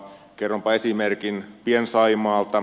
kerronpa esimerkin pien saimaalta